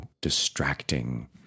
distracting